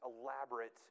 elaborate